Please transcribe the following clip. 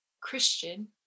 Christian